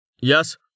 Yes